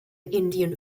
indian